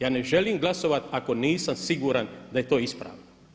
Ja ne želim glasovati ako nisam siguran da je to ispravno.